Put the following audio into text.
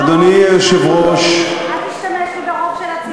אדוני היושב-ראש, אל תשתמש לי ברוב של הציבור.